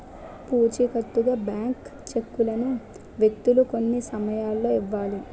పూచికత్తుగా బ్లాంక్ చెక్కులను వ్యక్తులు కొన్ని సమయాల్లో ఇవ్వాలి